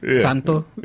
Santo